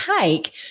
take